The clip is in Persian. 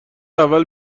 اول